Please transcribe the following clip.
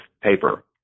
paper